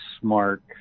smart